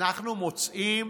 מוצאים